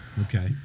Okay